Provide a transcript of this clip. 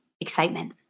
excitement